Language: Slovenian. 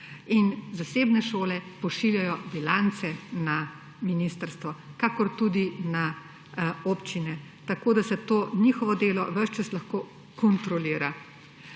Zasebne šole pošiljajo bilance na ministrstvo kakor tudi na občine. Tako da se to njihovo delo ves čas lahko kontrolira.